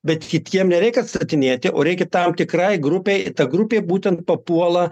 bet kitiem nereikia atstatinėti o reikia tam tikrai grupei ta grupė būtent papuola